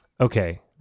okay